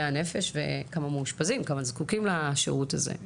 הנפש וכמה מאושפזים וכמה זקוקים לשירות הזה.